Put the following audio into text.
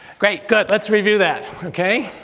great good, lets review that okay?